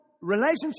relationship